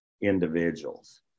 individuals